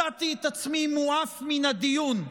מצאתי את עצמי מועף מן הדיון,